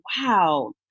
wow